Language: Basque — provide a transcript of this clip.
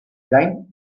gain